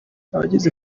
abageze